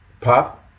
pop